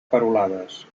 perolades